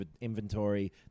inventory